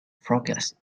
forecast